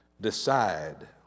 Decide